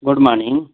good morning